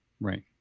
Right